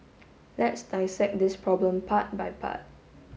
let's dissect this problem part by part